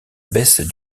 baisse